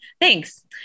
Thanks